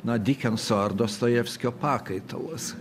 na dikenso ar dostojevskio pakaitalas